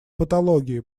патологии